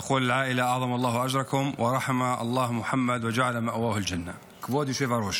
(אומר בערבית.) כבוד היושב-ראש